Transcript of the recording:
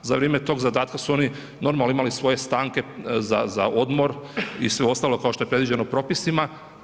Za vrijeme tog zadataka su oni, normalno imali svoje stanke za odmor, i sve ostalo kao što je predviđeno propisima.